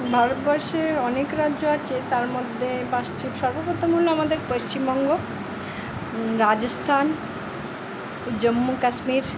ভারতবর্ষের অনেক রাজ্য আছে তার মধ্যে পাঁচটি সর্বপ্রথম হলো আমাদের পশ্চিমবঙ্গ রাজস্থান জম্মু কাশ্মীর